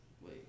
Wait